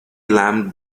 lamb